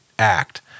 act